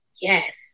Yes